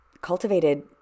cultivated